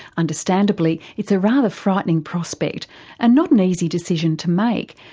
understandably it's a rather frightening prospect and not an easy decision to make,